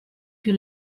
più